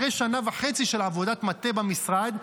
אחרי שנה וחצי של עבודת מטה במשרד,